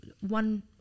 one